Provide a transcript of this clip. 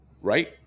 right